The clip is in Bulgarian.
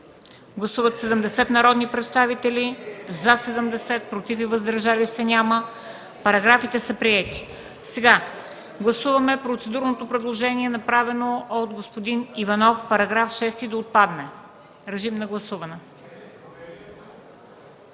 Гласували 70 народни представители: за 70, против и въздържали се няма. Параграфите са приети. Гласуваме процедурното предложение, направено от господин Иванов –§ 6 да отпадне. Гласували